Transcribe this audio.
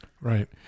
right